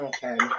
Okay